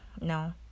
no